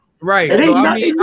Right